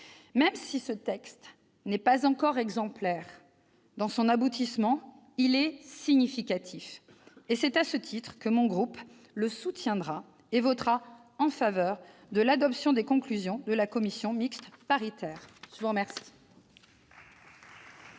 aujourd'hui n'est pas encore exemplaire dans son aboutissement, il est significatif. C'est à ce titre que mon groupe le soutiendra et votera en faveur de l'adoption des conclusions de la commission mixte paritaire. La parole